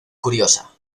curiosa